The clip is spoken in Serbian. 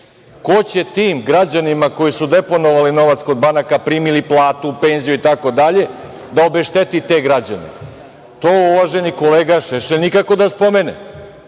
ko će tim građanima koji su deponovali novac kod banaka primili platu, penziju itd, da obešteti te građane? To uvaženi kolega Šešelj nikako da spomene.